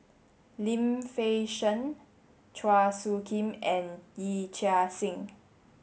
Lim Fei Shen Chua Soo Khim and Yee Chia Hsing